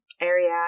area